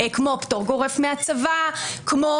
כמו